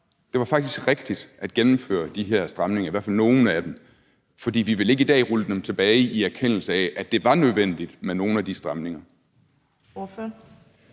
det var faktisk rigtigt at gennemføre de her stramninger, i hvert fald nogle af dem, fordi vi ikke i dag vil rulle dem tilbage, i erkendelse af at det var nødvendigt med nogle af de stramninger?